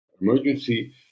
emergency